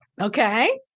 Okay